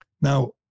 Now